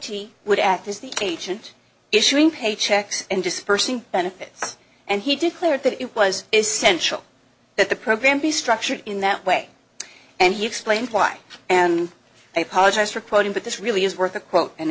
to would act as the cajun issuing paychecks and dispersing benefits and he declared that it was essential that the program be structured in that way and he explained why and i apologize for quoting but this really is worth a